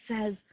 says